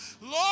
Lord